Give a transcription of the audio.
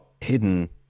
hidden